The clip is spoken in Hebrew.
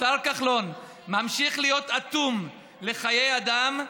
השר כחלון, ממשיך להיות אטום לחיי אדם,